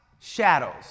shadows